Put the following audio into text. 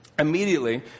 Immediately